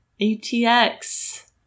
ATX